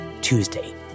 Tuesday